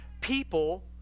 people